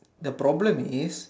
the problem is